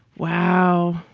wow.